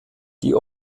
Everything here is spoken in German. die